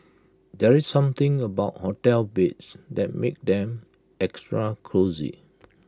there's something about hotel beds that makes them extra cosy